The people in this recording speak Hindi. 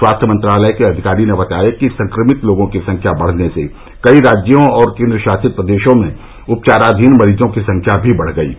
स्वास्थ्य मंत्रालय के अधिकारी ने बताया कि संक्रमित लोगों की संख्या बढने से कई राज्यों और केंद्र शासित प्रदेशों में उपचाराधीन मरीजों की संख्या भी बढ गई है